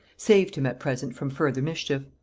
saved him at present from further mischief.